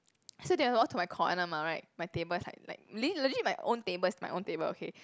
so they will walk to my corner mah right my table is like like le~ legit is my own table it's my own table okay